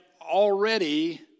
already